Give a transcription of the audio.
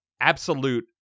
absolute